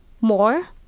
more